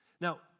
Now